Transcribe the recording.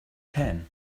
can